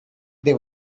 they